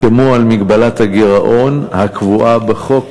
כמו על מגבלת הגירעון הקבועה בחוק.